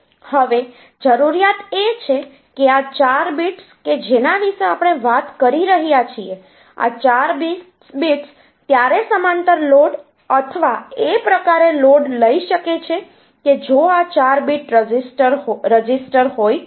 હવે જરૂરિયાત એ છે કે આ 4 બીટ્સ કે જેના વિશે આપણે વાત કરી રહ્યા છીએ આ 4 બિટ્સ ત્યારે સમાંતર લોડ અથવા એ પ્રકારે લોડ લઈ શકે છે કે જો આ 4 બીટ રજિસ્ટર હોય તો